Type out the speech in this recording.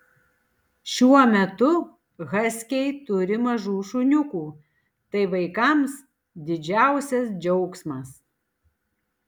šiuo metu haskiai turi mažų šuniukų tai vaikams didžiausias džiaugsmas